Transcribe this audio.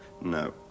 no